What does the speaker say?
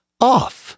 off